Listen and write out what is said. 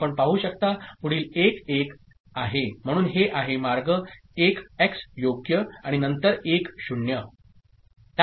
आपण पाहू शकता पुढील 1 1आहे म्हणूनहेआहेमार्ग1एक्सयोग्यआणिनंतर10